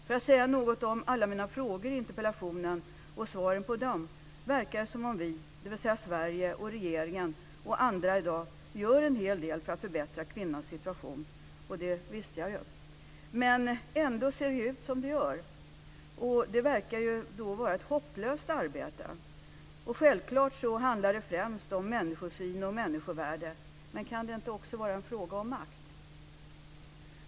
För att säga något om alla mina frågor i interpellationen och svaren på dem verkar det som om vi, dvs. Sverige, regeringen och andra, i dag gör en hel del för att förbättra kvinnans situation, och det visste jag ju. Men ändå ser det ut som det gör. Det verkar vara ett hopplöst arbete. Självfallet handlar det främst om människosyn och människovärde, men det kan också vara en fråga om makt.